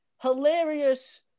hilarious